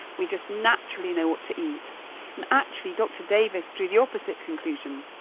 we just naturally know what to eat and actually, dr. davis drew the opposite conclusion.